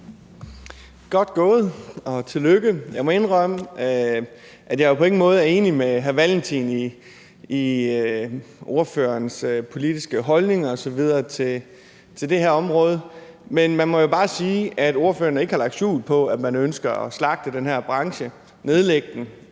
Godt gået og til lykke. Jeg må jo indrømme, at jeg på ingen måde er enig med hr. Carl Valentin i hans politiske holdninger osv. til det her område, men man må bare sige, at ordføreren ikke har lagt skjul på, at man ønsker at slagte den her branche, nedlægge den,